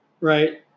right